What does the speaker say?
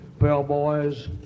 bellboys